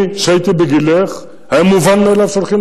כשהייתי בגילך היה מובן מאליו שהולכים